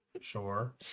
Sure